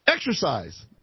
Exercise